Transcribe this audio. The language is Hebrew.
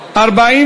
נתקבלו.